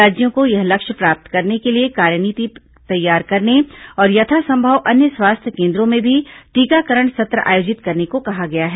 राज्यों को यह लक्ष्य प्राप्त करने के लिए कार्यनीति तैयार करने और यथासंभव अन्य स्वास्थ्य केन्द्रों में भी टीकाकरण सत्र आयोजित करने को कहा गया है